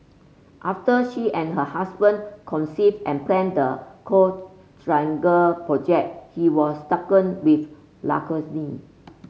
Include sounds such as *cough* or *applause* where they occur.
after she and her husband conceived and planned the Coral Triangle project he was stricken with *unintelligible*